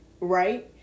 right